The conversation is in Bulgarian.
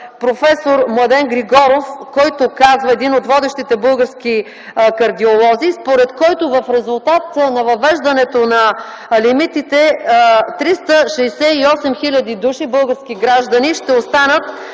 проф. Младен Григоров, един от водещите български кардиолози, според който, в резултат на въвеждането на лимитите, 368 хил. души български граждани ще останат